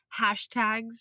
hashtags